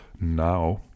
now